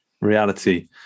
reality